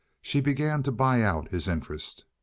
she began to buy out his interest.